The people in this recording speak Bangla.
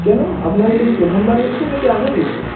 কেন আপনার এটা কি প্রথমবার হয়েছে নাকি আগেও হয়েছে